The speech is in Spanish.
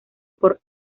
por